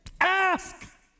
ask